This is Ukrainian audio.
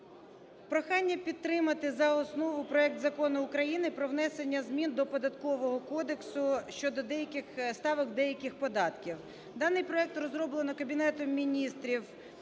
Прохання підтримати за основу проект Закону України про внесення змін до Податкового кодексу щодо деяких ставок деяких податків. Даний проект розроблено Кабінетом Міністрів